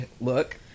look